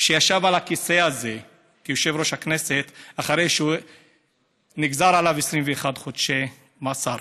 שישב על הכיסא הזה כיושב-ראש הכנסת אחרי שנגזרו עליו 21 חודשי מאסר,